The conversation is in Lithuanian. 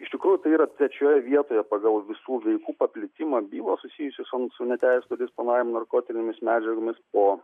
iš tikrųjų tai yra trečioje vietoje pagal visų veikų paplitimą bylos susijusios su neteisėtu disponavimu narkotinėmis medžiagomis po